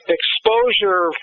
exposure